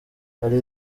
hari